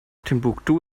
timbuktu